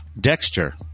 Dexter